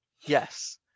Yes